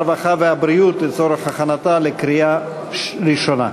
הרווחה והבריאות לצורך הכנתה לקריאה ראשונה.